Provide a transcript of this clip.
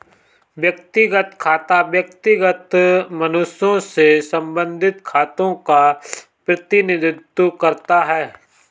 व्यक्तिगत खाता व्यक्तिगत मनुष्यों से संबंधित खातों का प्रतिनिधित्व करता है